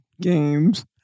games